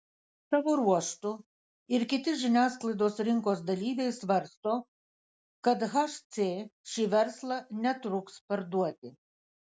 savo ruožtu ir kiti žiniasklaidos rinkos dalyviai svarsto kad hc šį verslą netruks parduoti